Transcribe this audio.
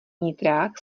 nitrák